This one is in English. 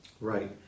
Right